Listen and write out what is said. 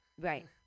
Right